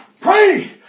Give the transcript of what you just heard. Pray